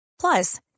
Plus